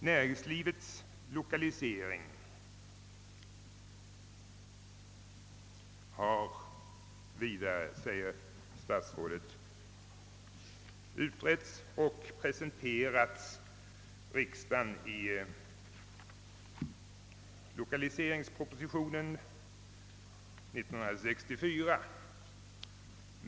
Näringslivets lokalisering har vidare, säger statsrådet, utretts och presenterats riksdagen i lokaliseringspropositionen 1964.